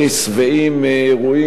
אנחנו שבעים מאירועים,